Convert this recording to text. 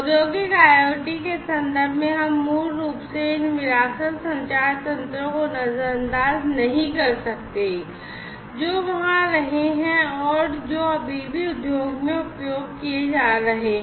औद्योगिक IoT के संदर्भ में हम मूल रूप से इन विरासत संचार तंत्रों को नजरअंदाज नहीं कर सकते हैं जो वहां रहे हैं और जो अभी भी उद्योग में उपयोग किए जा रहे हैं